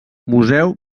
museu